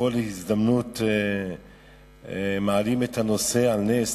שבכל הזדמנות מעלים את הנושא על נס,